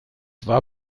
war